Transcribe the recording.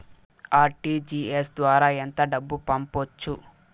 RTGS ద్వారా ఎంత డబ్బు పంపొచ్చు?